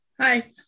Hi